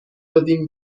دادیم